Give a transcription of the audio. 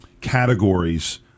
categories